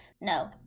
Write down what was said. No